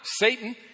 Satan